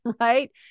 right